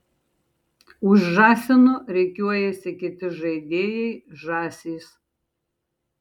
už žąsino rikiuojasi kiti žaidėjai žąsys